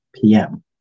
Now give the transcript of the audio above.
PM